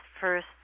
first